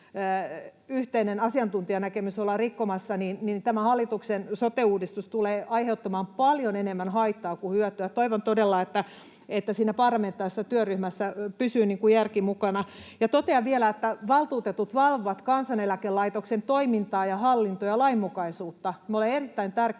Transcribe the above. yhteinen asiantuntijanäkemys ollaan rikkomassa, niin tämä hallituksen sote-uudistus tulee aiheuttamaan paljon enemmän haittaa kuin hyötyä. Toivon todella, että siinä parlamentaarisessa työryhmässä pysyy järki mukana. Ja totean vielä, että valtuutetut valvovat Kansaneläkelaitoksen toimintaa ja hallintoa ja lainmukaisuutta.